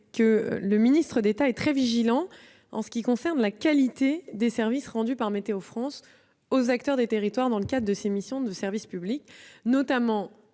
que le ministre d'État est très vigilant quant à la qualité des services rendus par Météo-France aux acteurs des territoires dans le cadre de ses missions de service public, notamment